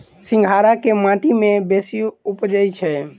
सिंघाड़ा केँ माटि मे बेसी उबजई छै?